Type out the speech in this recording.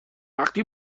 وقتی